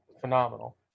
phenomenal